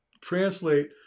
translate